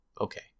Okay